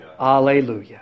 Alleluia